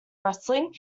wrestling